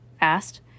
asked